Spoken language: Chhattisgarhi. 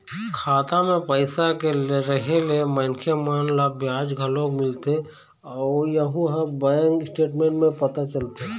खाता म पइसा के रेहे ले मनखे मन ल बियाज घलोक मिलथे यहूँ ह बैंक स्टेटमेंट म पता चलथे